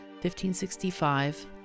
1565